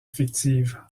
fictive